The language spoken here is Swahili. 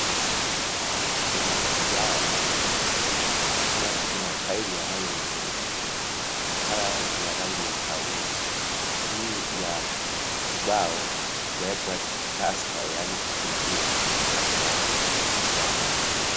Kuna ubao pia Kuna tairi wa rangi nyeupe na tairi ya rangi ya kahawia juu ya.ubao kumewekwa (cs) daster (cs) yaani kifutio cha kupanguza ubao huo.